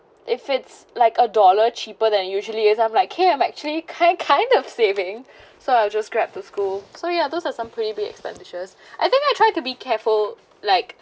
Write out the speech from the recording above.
if it's like a dollar cheaper than usually as I'm like kay I'm actually kind kind of saving so I'll just grab to school so yeah those are some pretty big expenditures I think I try to be careful like